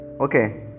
okay